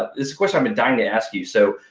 this question i've been dying to ask you. so,